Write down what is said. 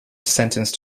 sentenced